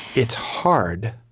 it's hard